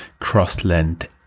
Crossland